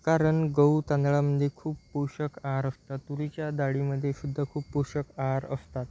कारण गहू तांदळामध्ये खूप पोषक आहार असतात तुरीच्या डाळीमध्ये सुद्धा खूप पोषक आहार असतात